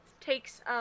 takes